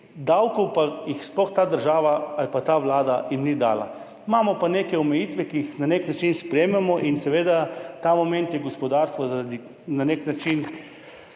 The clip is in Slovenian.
davkov pa jim sploh ta država ali pa ta vlada ni dala. Imamo pa neke omejitve, ki jih na nek način sprejmemo. Ta moment je gospodarstvo zaradi na nek način